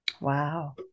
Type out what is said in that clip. wow